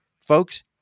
folks